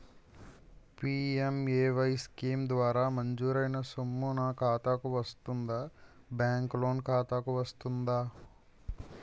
PMAY scheme ద్వారా మంజూరైన సొమ్ము నా ఖాతా కు వస్తుందాబ్యాంకు లోన్ ఖాతాకు వస్తుందా?